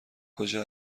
کجا